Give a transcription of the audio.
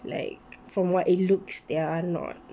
like from what it looks they are not